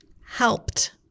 helped